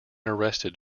arrested